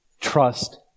trust